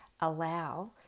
allow